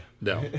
No